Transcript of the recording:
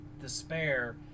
despair